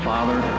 Father